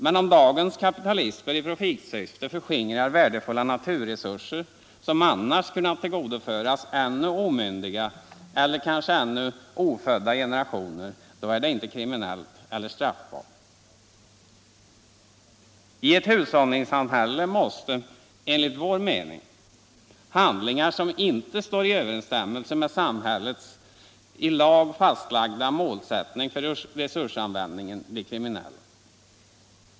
Men om dagens kapitalister i profitsyfte förskingrar värdefulla naturresurser som annars kunnat tillgodoföras ännu omyndiga eller ofödda generationer, då är det inte kriminellt eller straffbart. I ett hushållningssamhälle måste, enligt vår mening, handlingar som inte står i överensstämmelse med samhällets i lag fastlagda målsättning för resursanvändningen bli kriminella.